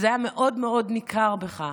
והתכונה הירושלמית הזאת הייתה מאוד מאוד ניכרת בך,